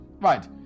Right